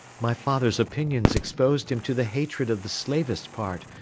my father's opinions exposed him to the hatred of the slavist part,